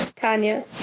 Tanya